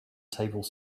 table